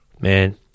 man